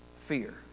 fear